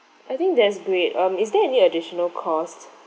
I think that's great um is there any additional cost